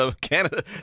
Canada